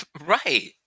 right